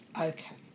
Okay